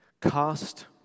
cast